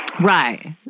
Right